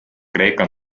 kreeka